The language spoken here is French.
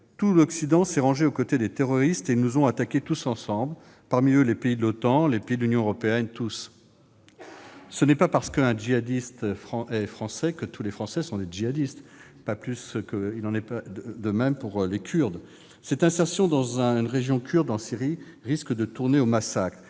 Tout l'Occident s'est rangé aux côtés des terroristes et ils nous ont attaqués tous ensemble. Parmi eux les pays de l'OTAN, les pays de l'Union européenne. Tous. » Ce n'est pas parce qu'un djihadiste est français que tous les Français sont des terroristes : il en est de même pour les Kurdes ! Cette incursion dans une région kurde de Syrie risque de tourner au massacre.